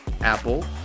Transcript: Apple